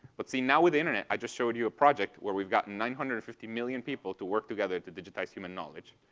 but, see, now with the internet i just showed you a project where we've gotten nine hundred and fifty million people to work together to digitize human knowledge.